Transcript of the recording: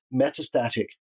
metastatic